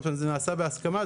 זה נעשה בהסכמה.